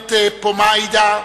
הפרלמנט פומאידה,